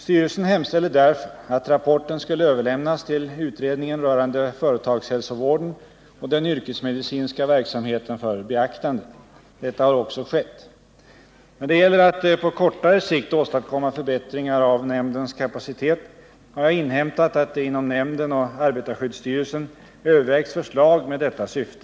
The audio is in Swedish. Styrelsen hemställde därför att rapporten skulle överlämnas till utredningen rörande företagshälsovården och den yrkesmedicinska verksamheten för beaktande. Detta har också skett. När det gäller att på kortare sikt åstadkomma förbättringar av nämndens kapacitet har jag inhämtat att det inom nämnden och arbetarskyddsstyrelsen övervägs förslag med detta syfte.